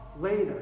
later